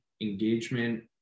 engagement